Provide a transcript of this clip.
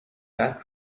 that